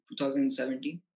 2017